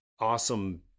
Awesome